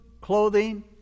clothing